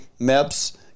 Meps